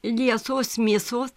liesos mėsos